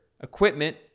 equipment